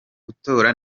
gutora